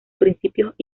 principios